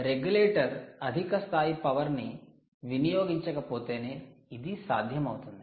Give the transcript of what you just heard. regulator అధిక స్థాయి power ని వినియోగించకపోతేనే ఇది సాధ్యమవుతుంది